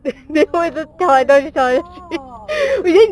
!whoa! oh my god